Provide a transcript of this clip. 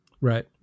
Right